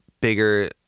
bigger